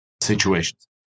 situations